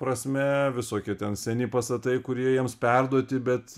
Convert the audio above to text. prasme visokie ten seni pastatai kurie jiems perduoti bet